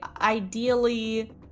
ideally